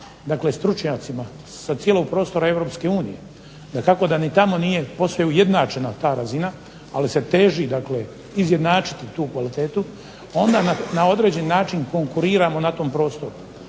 dakle stručnjacima sa cijelog prostora Europske unije dakako da ni tamo nije posve ujednačena ta razina ali se teži, dakle izjednačiti tu kvalitetu onda na određeni način konkuriramo na tom prostoru.